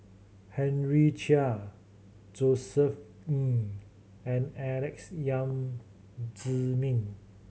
Henry Chia Josef Ng and Alex Yam Ziming